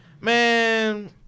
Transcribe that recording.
Man